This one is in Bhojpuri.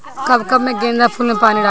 कब कब गेंदा फुल में पानी डाली?